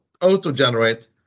auto-generate